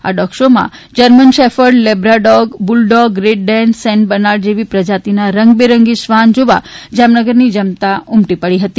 આ ડોગ શોમાં German shepherd Labrador bulldog Great Dane Saint Bernard જેવી પ્રજાતિના રંગ બેરંગી શ્વાન જોવા જામનગરની જનતા ઉમટી પડી હતી